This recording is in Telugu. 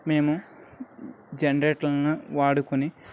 మేము జనరేటర్లని వాడుకొని